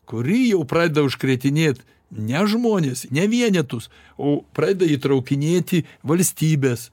kuri jau pradeda užkretinėt ne žmones ne vienetus o pradeda įtraukinėti valstybes